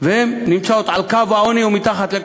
והן נמצאות על קו העוני או מתחת,